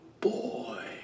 boy